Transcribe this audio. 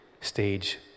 stage